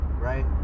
right